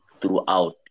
throughout